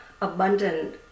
abundant